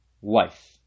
wife